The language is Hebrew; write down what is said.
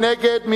מי נגד?